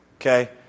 Okay